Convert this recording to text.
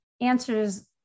answers